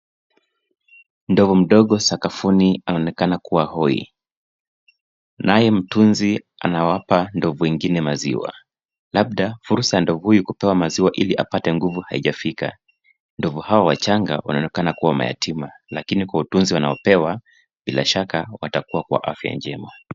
Ndovu mdogo sakafuni anaonekana kuwa hoi, naye mtunzi anawapa ndovu wengine maziwa, labda fursa ya ndovu hii kupewa maziwa ili apate nguvu haijafika. Ndovu hawa wachanga wanaonekana kuwa mayatima lakini kwa utunzi wanaopewa bila shaka watakua kwa afya njema.